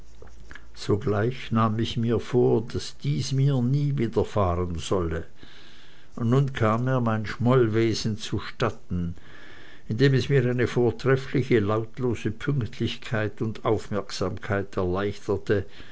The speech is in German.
sogleich nahm ich mir vor daß dies mir nie widerfahren solle und nun kam mir mein schmollwesen sehr gut zustatten indem es mir eine vortreffliche lautlose pünktlichkeit und aufmerksamkeit erleichterte